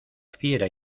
fiera